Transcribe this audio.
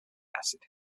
acid